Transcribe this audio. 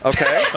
Okay